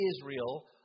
Israel